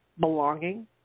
belonging